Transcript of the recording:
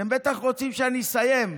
אתם בטח רוצים שאני אסיים,